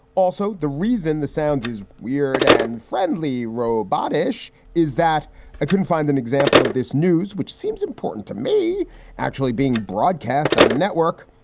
also, the reason the sound is weird and friendly robot ish is that i ah couldn't find an example of this news, which seems important to me actually being broadcast on a network.